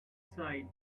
side